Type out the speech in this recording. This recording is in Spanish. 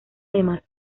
además